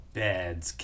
beds